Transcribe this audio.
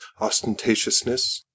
ostentatiousness